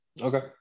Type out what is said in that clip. Okay